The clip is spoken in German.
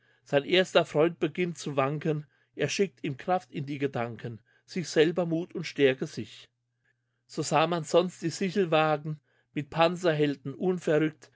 sein erster freund beginnt zu wanken er schickt ihm kraft in die gedanken sich selber muth und stärke sich so sah man sonst die sichelwagen mit panzerhelden unverrückt